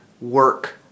work